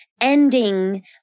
ending